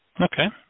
Okay